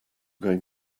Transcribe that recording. going